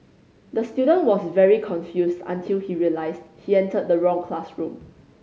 the student was very confused until he realised he entered the wrong classroom